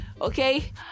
okay